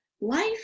life